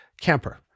camper